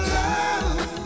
love